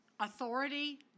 Authority